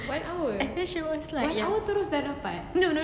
I feel she was like ya